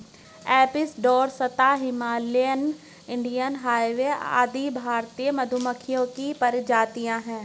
Apis dorsata, Himalayan, Indian hive आदि भारतीय मधुमक्खियों की प्रजातियां है